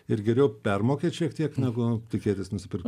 ir geriau permokėt šiek tiek negu tikėtis nusipirkt